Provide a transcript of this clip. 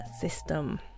System